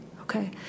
Okay